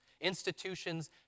institutions